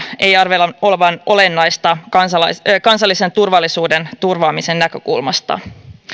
ei arvella olevan olennaista kansallisen turvallisuuden turvaamisen näkökulmasta